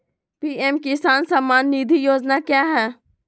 PM किसान सम्मान निधि योजना क्या है?